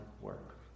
work